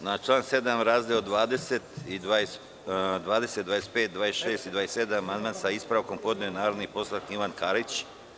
Na član 7. razdele 20, 25, 26 i 27 amandman sa ispravkom podneo je narodni poslanik Ivan Karić.